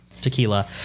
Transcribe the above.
tequila